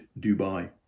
Dubai